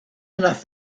enough